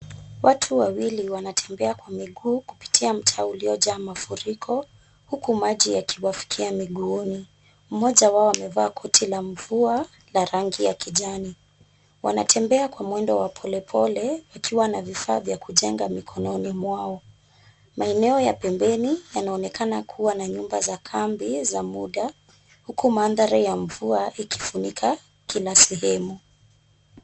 Watu wawili wanatembea kwa miguu kupitia mtaa uliojaa mafuriko huku maji yakiwafikia miguuni. Mmoja wao amevaa koti la mvua la rangi ya kijani. Wanatembea kwa mwendo wa polepole wakiwa na vifaa vya kujenga mikononi mwao. Maeneo ya pembeni yanaonekana kuwa na nyuma za kambi za muda huku mandhari ya mvua ikifunika kila sehemu.